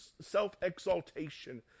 self-exaltation